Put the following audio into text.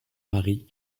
paris